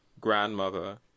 grandmother